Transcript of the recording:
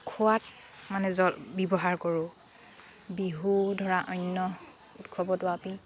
খোৱাত মানে জল ব্যৱহাৰ কৰোঁ বিহু ধৰা অন্য উৎসৱতো আমি